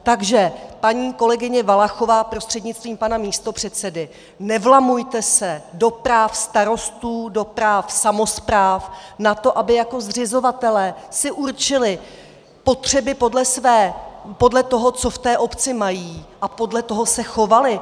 Takže paní kolegyně Valachová prostřednictvím pana místopředsedy, nevlamujte se do práv starostů, do práv samospráv na to, aby jako zřizovatelé si určili potřeby podle toho, co v té obci mají, a podle toho se chovali.